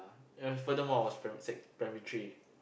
ya furthermore I was prim~ sec~ primary three